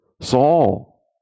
Saul